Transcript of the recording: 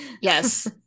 yes